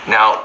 Now